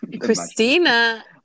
Christina